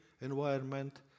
environment